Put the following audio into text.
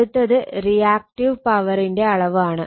അടുത്തത് റിയാക്ടീവ് പവറിന്റെ അളവ് ആണ്